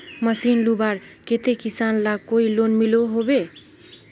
Machine लुबार केते किसान लाक कोई लोन मिलोहो होबे?